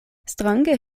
strange